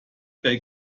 bei